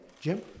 Jim